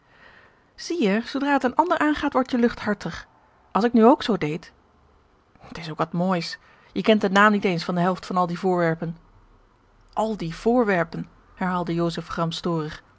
zie je zoodra het een ander aangaat word je luchthartig als ik nu ook zoo deed t is ook wat moois je kent den naam niet eens van de helft van al die voorwerpen al die voorwerpen herhaalde joseph gramstorig